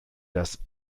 das